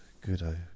good